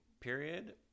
period